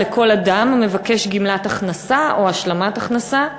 לכל אדם המבקש גמלת הכנסה או השלמת הכנסה,